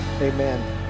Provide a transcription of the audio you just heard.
amen